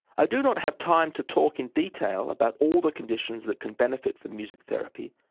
i do not have time to talk in detail about all the conditions that can benefit from music therapy,